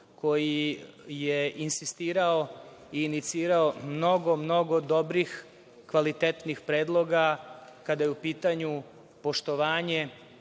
koji je insistirao i inicirao mnogo, mnogo dobrih, kvalitetnih predloga kada je u pitanju poštovanje